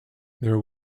there